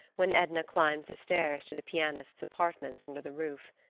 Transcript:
when edna climbed the stairs to the pianist's apartments under the roof.